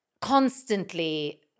constantly